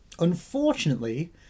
unfortunately